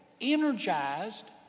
energized